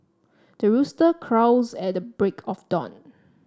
the rooster crows at the break of dawn